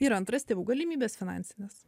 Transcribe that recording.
ir antras tėvų galimybės finansinės